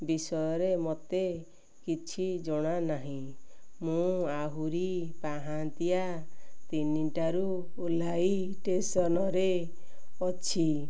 ବିଷୟରେ ମୋତେ କିଛି ଜଣାନାହିଁ ମୁଁ ଆହୁରି ପାହାନ୍ତିଆ ତିନିଟାରୁ ଓହ୍ଳାଇ ଷ୍ଟେସନ୍ରେ ଅଛି